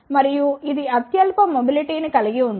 మరియు ఇది అత్యల్ప మెబిలిటిని కలిగి ఉంటుంది